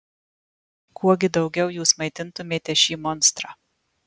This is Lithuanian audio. kuo gi daugiau jūs maitintumėte šį monstrą